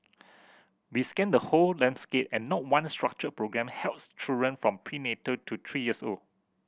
we scanned the whole landscape and not one structured programme helps children from prenatal to three years old